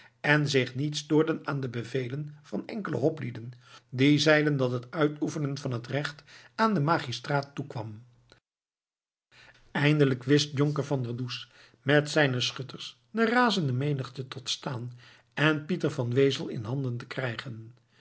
en zich niet stoorden aan de bevelen van enkele hoplieden die zeiden dat het uitoefenen van het recht aan den magistraat toekwam eindelijk wist jonker van der does met zijne schutters de razende menigte tot staan en pieter van wezel in handen te krijgen